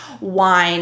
wine